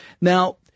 Now